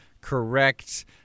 correct